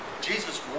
Jesus